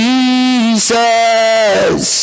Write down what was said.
Jesus